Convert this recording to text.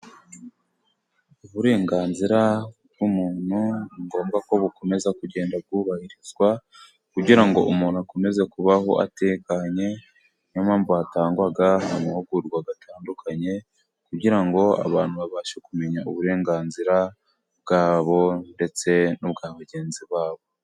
Uburenganzira bw'umuntu ni ngombwa ko bukomeza kugenda bwubahirizwa kugira ngo umuntu akomeze kubaho atekanye, niyo mpamvu hatangwa amahugurwa atandukanye kugira ngo abantu babashe kumenya uburenganzira bwabo ndetse n'ubwa bagenzi babo.